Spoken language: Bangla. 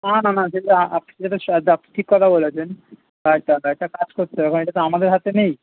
না না না সেটা আপনি সেটা সাদা আপনি ঠিক কথা বলেছেন একদম একটা কাজ করতে হবে এটা তো আমাদের হাতে নেই